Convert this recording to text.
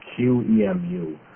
QEMU